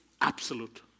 absolute